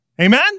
Amen